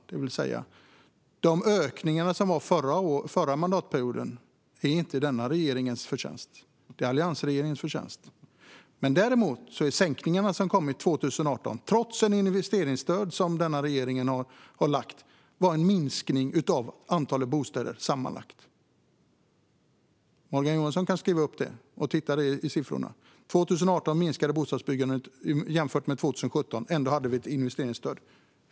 Den ökning som kom under den förra mandatperioden är inte denna regerings förtjänst. Den är alliansregeringens förtjänst. De sänkningar som däremot kom 2018, trots regeringens investeringsstöd, innebar sammanlagt en minskning av antalet bostäder. Morgan Johansson kan notera detta och se efter bland siffrorna. År 2018 minskade bostadsbyggandet jämfört med 2017, trots att det fanns ett investeringsstöd.